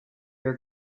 are